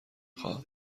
خواهم